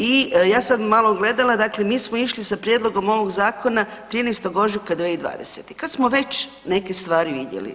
I ja sam malo gledala dakle mi smo išli sa prijedlogom ovog zakona 13.ožujka 2020., kad smo već neke stvari vidjeli.